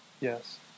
Yes